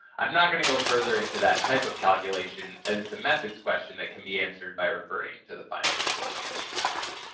i'm not going to go further into that type of calculation as it's a methods question that can be answered by referring to the final report